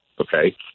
okay